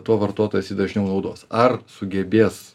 tuo vartotojas jį dažniau naudos ar sugebės